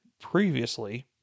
previously